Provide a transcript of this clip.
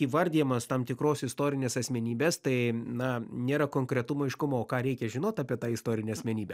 įvardijamas tam tikros istorinės asmenybės tai na nėra konkretumo aiškumo o ką reikia žinot apie tą istorinę asmenybę